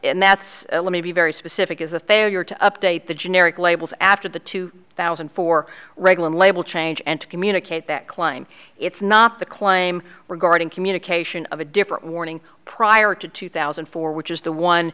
and that's let me be very specific is the failure to update the generic labels after the two thousand and four reglan label change and to communicate that claim it's not the claim regarding communication of a differ warning prior to two thousand and four which is the one